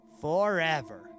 forever